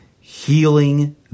healing